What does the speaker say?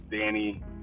Danny